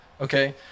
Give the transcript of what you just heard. okay